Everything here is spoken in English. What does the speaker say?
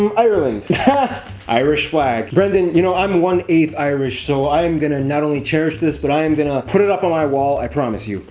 um yeah irish flag. brendan, you know i'm one eight irish so i'm gonna not only cherish this but i am gonna put it up on my wall, i promise you.